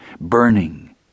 Burning